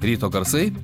ryto garsai